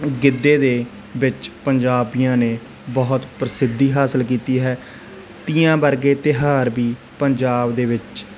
ਗਿੱਧੇ ਦੇ ਵਿੱਚ ਪੰਜਾਬੀਆਂ ਨੇ ਬਹੁਤ ਪ੍ਰਸਿੱਧੀ ਹਾਸਿਲ ਕੀਤੀ ਹੈ ਤੀਆਂ ਵਰਗੇ ਤਿਉਹਾਰ ਵੀ ਪੰਜਾਬ ਦੇ ਵਿੱਚ